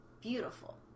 beautiful